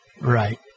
Right